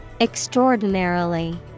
EXTRAORDINARILY